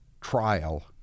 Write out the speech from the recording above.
trial